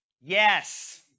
Yes